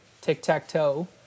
tic-tac-toe